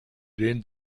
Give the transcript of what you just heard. den